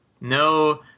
No